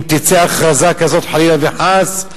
אם תצא הכרזה כזאת, חלילה וחס,